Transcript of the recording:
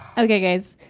okay guys,